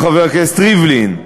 ריבלין,